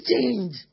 change